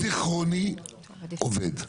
אני אדם מבוגר, אבל עדיין זיכרוני עובד.